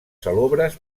salobres